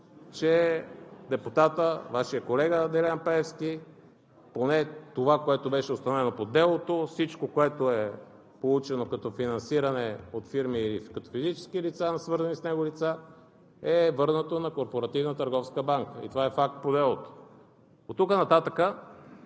че депутатът, Вашият колега Делян Пеевски, поне това, което беше установено по делото, всичко, което е получено като финансиране от фирми или като физически, свързани с него лица, е върнато на Корпоративна търговска банка. Това е факт по делото. Оттук нататък